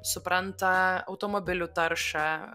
supranta automobilių taršą